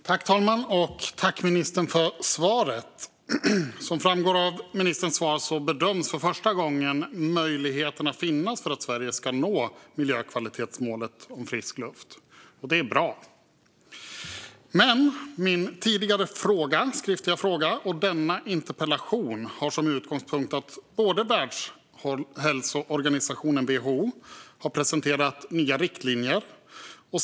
Herr talman! Tack, ministern, för svaret! Som framgår av ministerns svar bedöms för första gången möjligheterna finnas för att Sverige ska nå miljökvalitetsmålet om frisk luft. Det är bra. Men min tidigare skriftliga fråga och denna interpellation har som utgångspunkt att Världshälsoorganisationen, WHO, har presenterat nya riktlinjer.